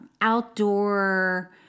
outdoor